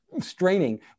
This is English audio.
straining